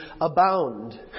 abound